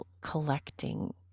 collecting